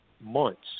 months